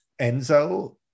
Enzo